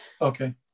Okay